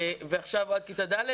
ועכשיו הוא עד כיתה ד'?